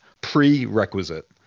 prerequisite